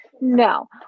no